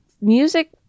music